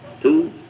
two